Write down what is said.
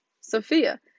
Sophia